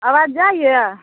आवाज जाइ अइ